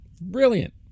brilliant